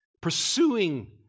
pursuing